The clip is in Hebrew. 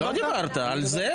לא דיברת, על זה לא.